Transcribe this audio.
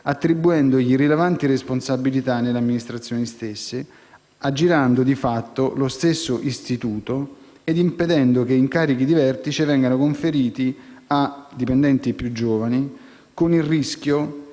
attribuendo loro rilevanti responsabilità nelle amministrazioni stesse, aggirando di fatto lo stesso istituto e impedendo che incarichi di vertice vengano conferiti a dipendenti più giovani, con il rischio